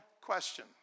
question